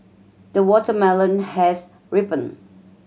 the watermelon has ripened